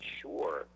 sure